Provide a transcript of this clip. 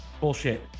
bullshit